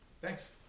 Thanks